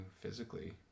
physically